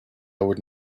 would